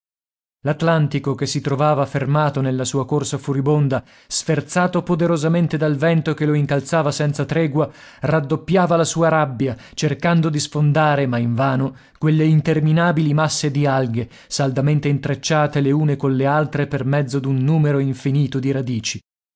l'atlantico che si trovava fermato nella sua corsa furibonda sferzato poderosamente dal vento che lo incalzava senza tregua raddoppiava la sua rabbia cercando di sfondare ma invano quelle interminabili masse di alghe saldamente intrecciate le une colle altre per mezzo d'un numero infinito di radici